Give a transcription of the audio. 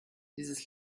dieses